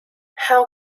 how